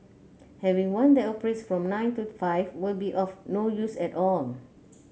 having one that operates from nine to five will be of no use at all